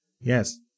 Yes